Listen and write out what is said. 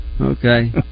Okay